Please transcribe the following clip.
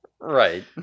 Right